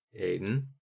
Aiden